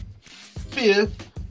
Fifth